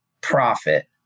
profit